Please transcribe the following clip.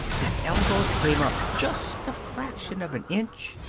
his elbow came up just a fraction of an inch.